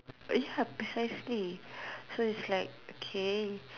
very hard precisely so is like okay